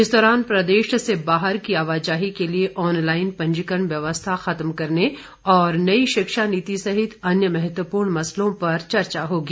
इस दौरान प्रदेश से बाहर की आवाजाही के लिये ऑनलाईन पंजीकरण व्यवस्था खत्म करने और नई शिक्षा नीति सहित अन्य महत्वपूर्ण मामलों पर चर्चा होगी